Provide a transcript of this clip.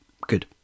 Good